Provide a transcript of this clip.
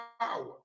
power